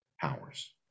powers